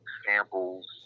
samples